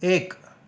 एक